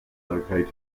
located